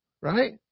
Right